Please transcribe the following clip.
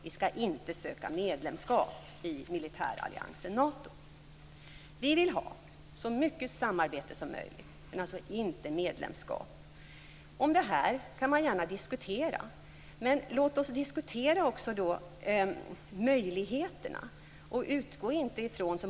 Vi skall inte söka medlemskap i militäralliansen Nato. Vi vill ha så mycket samarbete som möjligt men inte medlemskap. Om detta kan man gärna diskutera. Men låt oss då också diskutera möjligheterna.